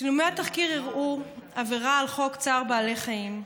צילומי התחקיר הראו עבירה על חוק צער בעלי חיים: